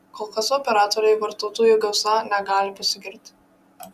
kol kas operatoriai vartotojų gausa negali pasigirti